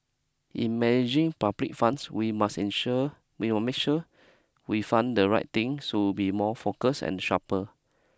in managing public funds we must ensure we'll make sure we fund the right thing to be more focused and sharper